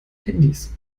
handys